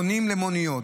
מונים למוניות.